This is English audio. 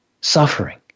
suffering